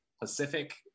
Pacific